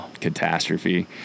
catastrophe